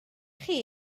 chi